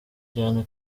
cyane